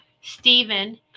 Stephen